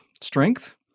strength